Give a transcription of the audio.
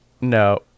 No